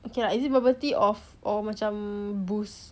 okay lah is it bubble tea or macam Boost